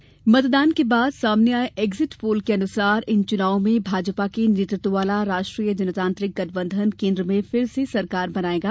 exit poll मतदान के बाद सामने आये एग्जिट पोल के अनुसार इन चुनावों में भाजपा के नेतृत्व वाला राष्ट्रीय जनतांत्रिक गठबंधन केन्द्र में फिर से सरकार बनायेगा